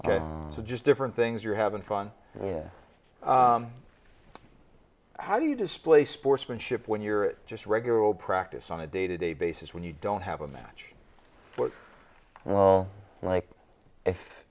away so just different things you're having fun how do you display sportsmanship when you're just regular old practice on a day to day basis when you don't have a match well like if